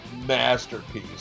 masterpiece